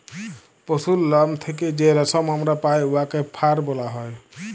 পশুর লম থ্যাইকে যে রেশম আমরা পাই উয়াকে ফার ব্যলা হ্যয়